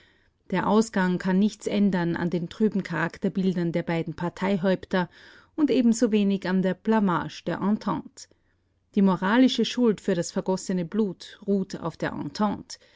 der ausgang kann nichts ändern an den trüben charakterbildern der beiden parteihäupter und ebensowenig an der blamage der entente die moralische schuld für das vergossene blut ruht auf der entente